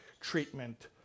treatment